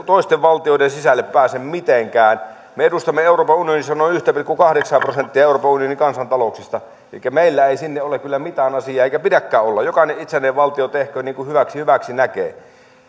toisten valtioiden sisälle pääse mitenkään me edustamme euroopan unionissa noin yhtä pilkku kahdeksaa prosenttia euroopan unionin kansantalouksista elikkä meillä ei sinne ole kyllä mitään asiaa eikä pidäkään olla jokainen itsenäinen valtio tehköön niin kuin hyväksi hyväksi näkee